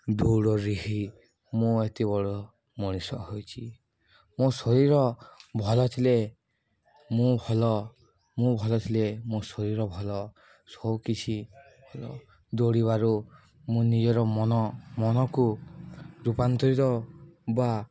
ଦୌଡ଼ରେ ହିଁ ମୁଁ ଏତେ ବଡ଼ ମଣିଷ ହୋଇଛି ମୋ ଶରୀର ଭଲ ଥିଲେ ମୁଁ ଭଲ ମୁଁ ଭଲ ଥିଲେ ମୋ ଶରୀର ଭଲ ସବୁ କିିଛି ଭଲ ଦୌଡ଼ିବାରୁ ମୁଁ ନିଜର ମନ ମନକୁ ରୂପାନ୍ତରିତ ବା